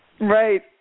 Right